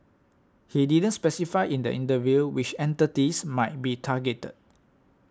he didn't specify in the interview which entities might be targeted